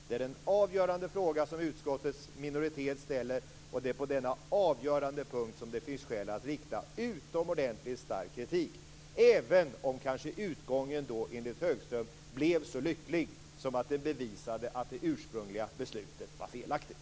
Det är den avgörande fråga som ställs av utskottets minoritet, och det är på denna avgörande punkt som det finns skäl att rikta utomordentligt stark kritik, även om utgången enligt Högström blev så lycklig att det bevisar att det ursprungliga beslutet var felaktigt.